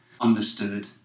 understood